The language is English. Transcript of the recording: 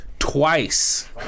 twice